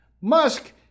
Musk